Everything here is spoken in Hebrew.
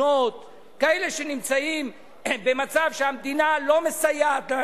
כיכרותיה כבר מזמן אינה רק מחאה על מצוקת הדיור,